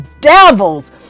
devils